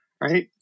right